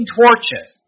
torches